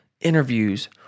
interviews